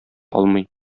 алмый